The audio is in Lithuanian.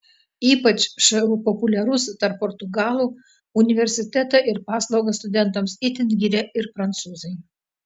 ypač šu populiarus tarp portugalų universitetą ir paslaugas studentams itin giria ir prancūzai